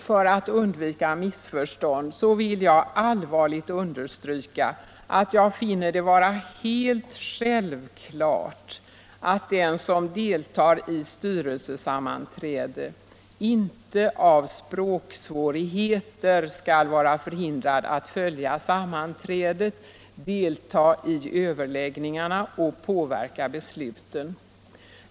För att undvika missförstånd vill jag emellertid allvarligt understryka att jag finner det vara helt självklart att den som deltar i styrelsesammanträde inte av språksvårigheter skall vara förhindrad att följa sammanträdet, delta i överläggningarna och påverka besluten.